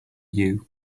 you